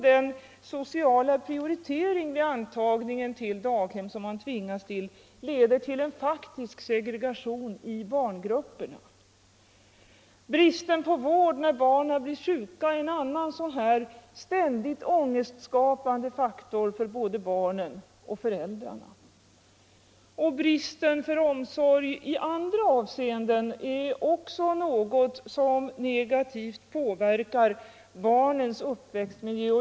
Den sociala prioritering som man tvingas till vid antagningen till daghem leder till en faktisk segregation i barngrupperna. Bristen på vård när barnen blir sjuka är en annan ständigt ångestskapande faktor för både barnen och föräldrarna. Bristen på omsorg i andra avseenden är också något som negativt påverkar barnens uppväxtmiljö.